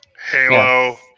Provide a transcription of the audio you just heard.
Halo